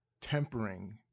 tempering